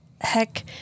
heck